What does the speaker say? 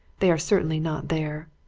they are certainly not there.